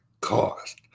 cost